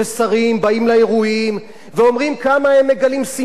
ואומרים כמה הם מגלים סימפתיה לקהילה הגאה,